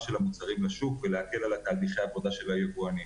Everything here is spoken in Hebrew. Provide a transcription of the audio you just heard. של המוצרים בשוק ועל תהליכי העבודה של היבואנים,